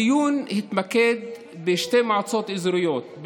הדיון התמקד בשתי מועצות אזוריות,